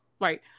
right